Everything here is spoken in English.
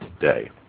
today